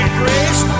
grace